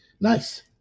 Nice